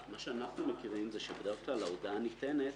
אנחנו מכירים מצב שבדרך כלל ההודעה ניתנת